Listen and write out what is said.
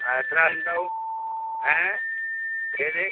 ആ എത്ര ആൾ ഉണ്ടാവും ഏഹ് ഏത്